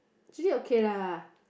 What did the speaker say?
actually okay lah